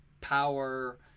power